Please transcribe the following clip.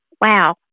Wow